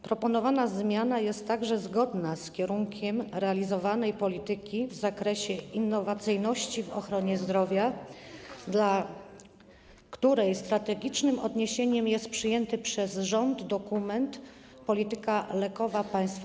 Proponowana zmiana jest także zgodna z kierunkiem realizowanej polityki w zakresie innowacyjności w ochronie zdrowia, dla której strategicznym odniesieniem jest przyjęty przez rząd dokument „Polityka lekowa państwa”